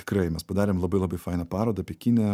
tikrai mes padarėm labai labai fainą parodą pekine